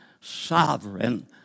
sovereign